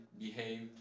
behave